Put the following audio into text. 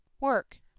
work